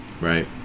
Right